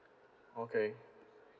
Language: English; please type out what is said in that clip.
okay